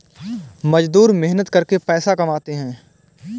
मजदूर मेहनत करके पैसा कमाते है